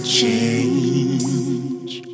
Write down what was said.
change